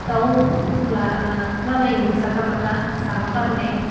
दाउ लाग्राबायो जाथा माथा जानो कारने